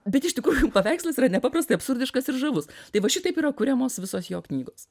bet iš tikrųjų paveikslas yra nepaprastai absurdiškas ir žavus tai va šitaip yra kuriamos visos jo knygos